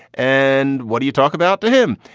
and what do you talk about to him?